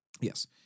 Yes